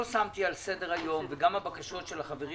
אני לא שמתי על סדר היום וגם הבקשות של החברים